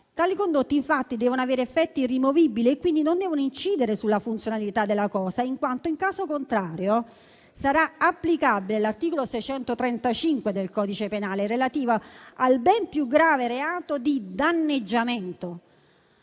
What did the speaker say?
Tali condotte, infatti, devono avere effetti rimovibili e quindi non devono incidere sulla funzionalità della cosa, in quanto, in caso contrario, sarà applicabile l'articolo 635 del codice penale, relativo al ben più grave reato di danneggiamento.